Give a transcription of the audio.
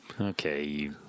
Okay